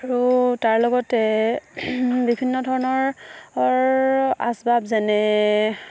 আৰু তাৰ লগতে বিভিন্ন ধৰণৰৰ আচবাব যেনে